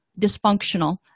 dysfunctional